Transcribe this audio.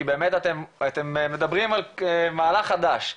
כי באמת אתם מדברים על מהלך חדש.